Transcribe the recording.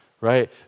Right